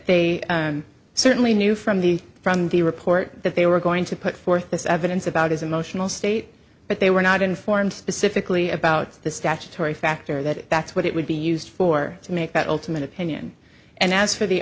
they certainly knew from the from the report that they were going to put forth this evidence about his emotional state but they were not informed specifically about the statutory factor that that's what it would be used for to make that ultimate opinion and as for the